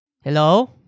Hello